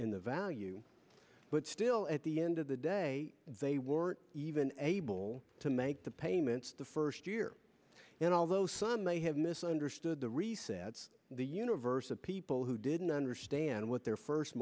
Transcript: in the value but still at the end of the day they weren't even able to make the payments the first year and although some may have mis understood the resets the universe of people who didn't understand what their first